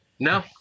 No